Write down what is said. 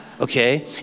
Okay